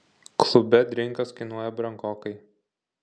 klube drinkas kainuoja brangokai